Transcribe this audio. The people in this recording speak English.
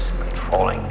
controlling